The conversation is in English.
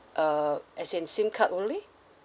uh as in SIM card only